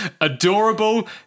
Adorable